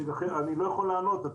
אני לא יכול לענות.